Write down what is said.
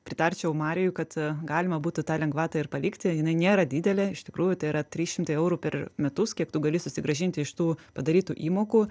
pritarčiau marijui kad galima būtų tą lengvatą ir palikti jinai nėra didelė iš tikrųjų tai yra trys šimtai eurų per metus kiek tu gali susigrąžinti iš tų padarytų įmokų